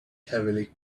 heavily